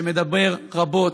שמדבר רבות,